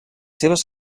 seves